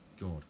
God